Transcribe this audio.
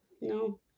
No